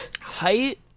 Height